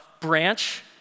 branch